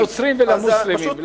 לנוצרים ולמוסלמים.